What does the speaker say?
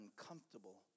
uncomfortable